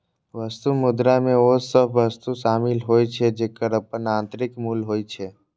वस्तु मुद्रा मे ओ सभ वस्तु शामिल होइ छै, जेकर अपन आंतरिक मूल्य होइ छै